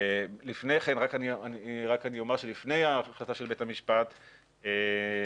אני רק אומר שלפני ההחלטה של בית המשפט נעשתה